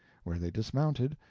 where they dismounted,